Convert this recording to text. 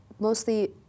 Mostly